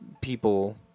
people